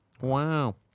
Wow